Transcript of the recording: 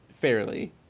fairly